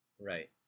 Right